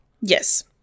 Yes